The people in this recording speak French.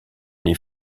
les